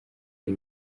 ari